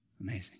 Amazing